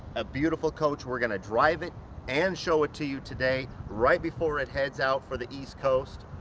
a beautiful coach. we're gonna drive it and show it to you today. right before it heads out for the east coast.